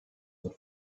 but